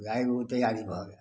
गाय ओ तैयारी भऽ गेल